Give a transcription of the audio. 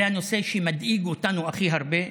זה הנושא שמדאיג אותנו הכי הרבה,